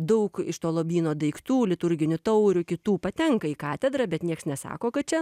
daug iš to lobyno daiktų liturginių taurių kitų patenka į katedrą bet nieks nesako kad čia